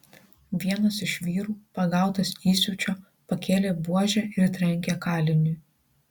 vienas iš vyrų pagautas įsiūčio pakėlė buožę ir trenkė kaliniui